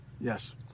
Yes